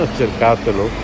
cercatelo